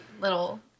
little